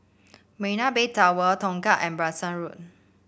Marina Bay Tower Tongkang and Branksome Road